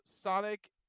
Sonic